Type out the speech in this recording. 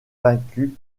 vaincu